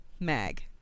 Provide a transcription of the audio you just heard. Mag